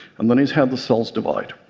and then he's had the cells divide.